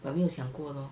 but 没有想过 lor